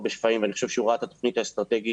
בשפיים ואני חושב שהוא ראה את התוכנית האסטרטגית